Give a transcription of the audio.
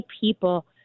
people